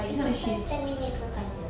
eight to five ten minutes makan jer